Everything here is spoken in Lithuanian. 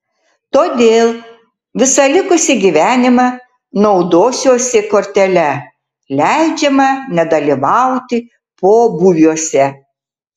todėl visą likusį gyvenimą naudosiuosi kortele leidžiama nedalyvauti pobūviuose